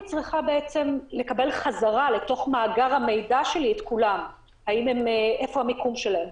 אני צריכה לקבל חזרה לתוך מאגר המידע שלי את כולם ואיפה המיקום שלהם,